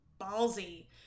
ballsy